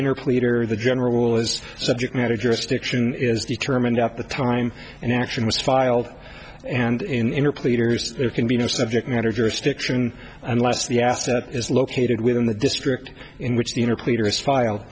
inner clear the general rule is subject matter jurisdiction is determined at the time an action was filed and in inner pleaders there can be no subject matter jurisdiction unless the asset is located within the district in which the inner pleader is filed